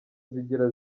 zigira